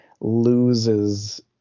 Loses